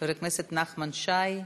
חבר הכנסת נחמן שי,